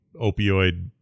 opioid